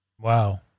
Wow